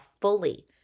fully